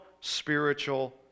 spiritual